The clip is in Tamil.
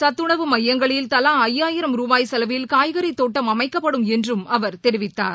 சத்துணவு மையங்களில் தலா ஐயாயிரம் ரூபாய் செலவில் காய்கறித் தோட்டம் அமைக்கப்படும் என்றும் அவர் தெரிவித்தார்